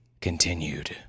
continued